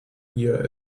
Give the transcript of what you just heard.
year